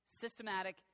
systematic